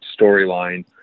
storyline